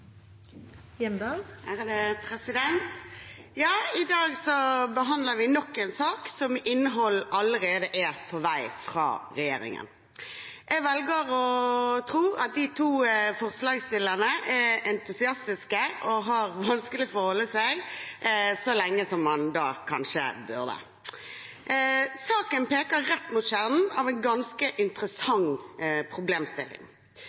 som er varslet å komme straks. I dag behandler vi nok en sak der innholdet allerede er på vei fra regjeringen. Jeg velger å tro at de to forslagsstillerne er entusiastiske og har vanskelig for å holde seg så lenge som man kanskje burde. Saken peker rett mot kjernen av en ganske interessant problemstilling.